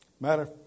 Matter